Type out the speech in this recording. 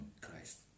christ